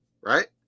right